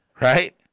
Right